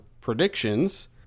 predictions